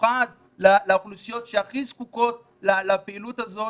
ובמיוחד לאוכלוסיות שהכי זקוקות לפעילויות האלה.